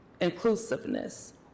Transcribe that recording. inclusiveness